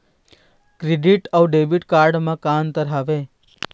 Credit अऊ debit card म का अंतर हावे?